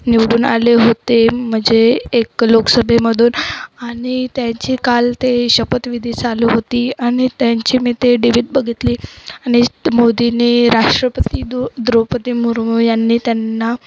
निवडून आले होते म्हणजे एक लोकसभेमधून आणि त्यांची काल ते शपथ विधी चालू होती आणि त्यांची मी ते डेवित बघितली आणि मोदीनी राष्ट्रपती दु द्रौपदी मुर्मू यांनी त्यांना